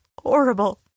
horrible